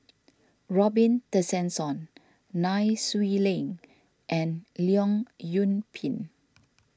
Robin Tessensohn Nai Swee Leng and Leong Yoon Pin